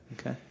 okay